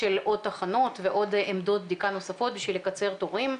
של עוד תחנות ועוד עמדות בדיקה נוספות בשביל לקצר תורים.